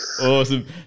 Awesome